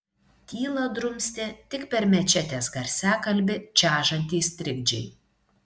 tylą drumstė tik per mečetės garsiakalbį čežantys trikdžiai